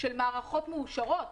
של מערכות מאושרות,